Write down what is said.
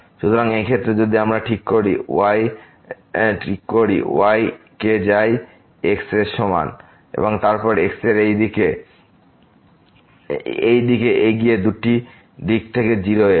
সুতরাং এই ক্ষেত্রে যদি আমরা ঠিক করি যাই y কে 1 এর সমান এবং তারপর x এই দিকে এগিয়ে দুটি দিক থেকে 0 এর